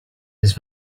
his